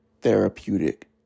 therapeutic